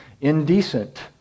indecent